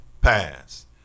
pass